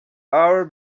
hours